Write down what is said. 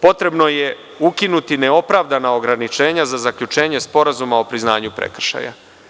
Potrebno je ukinuti neopravdana ograničenja za zaključenje sporazuma o priznanju prekršaja.